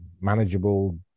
manageable